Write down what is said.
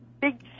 big